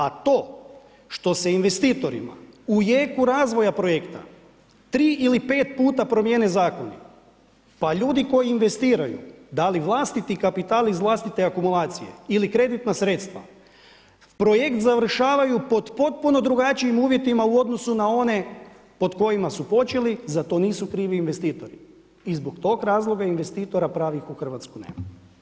A to što se investitori u jeku razvoja projekta 3 ili 5 puta promijene zakoni, pa ljudi koji investiraju da li vlastiti kapital iz vlastite akumulacije ili kreditna sredstva, projekt završavaju pod potpuno drugačijim uvjetima u odnosu na one pod kojima su počeli, za to nisu krivi investitori i zbog tog razloga investitora pravih u Hrvatskoj nema.